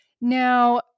Now